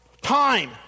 time